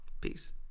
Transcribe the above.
Peace